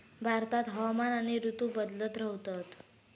भारतात हवामान आणि ऋतू बदलत रव्हतत